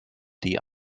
die